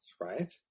right